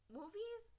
movies